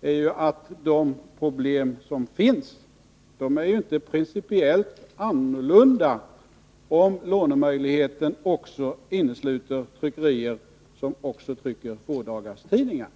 är att de problem som finns inte principiellt blir annorlunda, om lånemöjligheten också omfattar tryckerier som trycker fådagarstidningar.